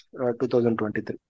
2023